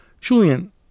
Julian